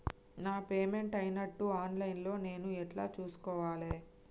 నా పేమెంట్ అయినట్టు online లా నేను ఎట్ల చూస్కోవాలే?